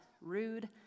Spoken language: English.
rude